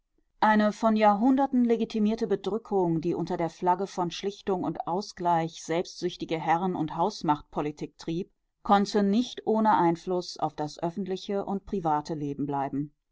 eine von jahrhunderten legitimierte bedrückung die unter der flagge von schlichtung und ausgleich selbstsüchtige herren und hausmachtpolitik trieb konnte nicht ohne einfluß auf das öffentliche und private leben bleiben